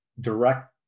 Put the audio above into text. direct